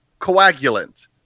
coagulant